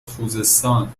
خوزستان